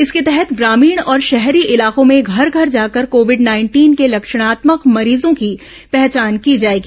इसके तहत ग्रामीण और शहरी इलाकों में घर घर जाकर कोविड नाइंटीन के लक्षणात्मक मरीजों की पहचान की जाएगी